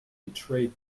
betrayed